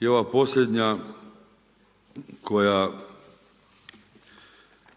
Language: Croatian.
I ova posljednja koju